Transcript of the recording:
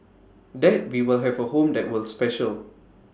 that we will have A home that will special